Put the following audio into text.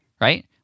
right